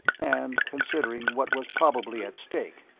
and, considering what was probably at stake,